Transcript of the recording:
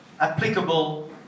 applicable